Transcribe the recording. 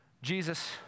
Jesus